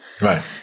Right